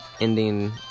ending